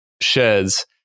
sheds